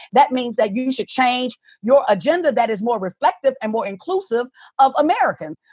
that means that you should change your agenda that is more reflective and more inclusive of americans.